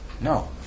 No